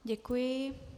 Děkuji.